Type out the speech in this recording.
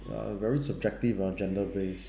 ya very subjective ah gender base